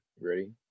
Ready